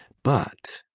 but